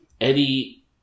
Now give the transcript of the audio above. Eddie